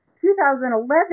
2011